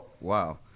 Wow